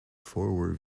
forward